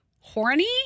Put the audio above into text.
Horny